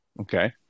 Okay